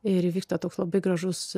ir įvyksta toks labai gražus